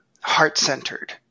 heart-centered